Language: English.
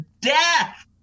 death